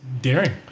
daring